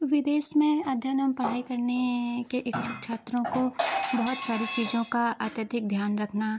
विदेश में अध्ययन एवं पढ़ाई करने के इच्छुक छात्रों को बहुत सारी चीज़ों का अत्यधिक ध्यान रखना